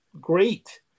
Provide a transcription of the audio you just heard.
great